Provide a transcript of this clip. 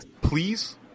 please